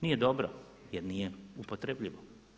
Nije dobro jer nije upotrebljivo.